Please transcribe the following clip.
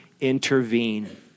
intervene